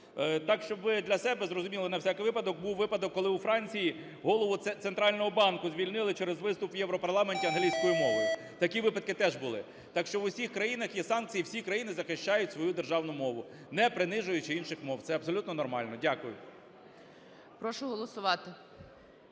Так, щоб ви для себе зрозуміли на всяк випадок, був випадок, коли у Франції голову центрального банку звільнили через виступ у Європарламенті англійською мовою, такі випадки теж були. Так що в усіх країнах є санкції, всі країни захищають свою державну мову, не принижуючи інших мов – це абсолютно нормально. Дякую. ГОЛОВУЮЧИЙ. Прошу голосувати.